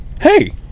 hey